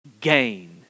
gain